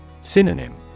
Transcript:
Synonym